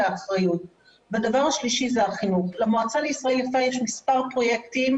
החופים הלא מוכרזים,